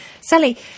Sally